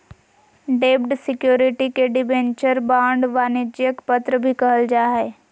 डेब्ट सिक्योरिटी के debenture, bond, वाणिज्यिक पत्र भी कहल जा हय